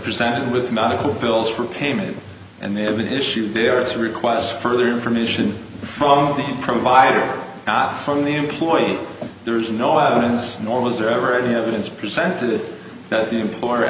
presented with medical bills for payment and they have an issue there it's requests further information from the provider not from the employee there is no evidence nor was there ever any evidence presented that the employer